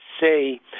say